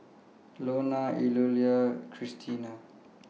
Lonna Eulalia and Christena